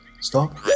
Stop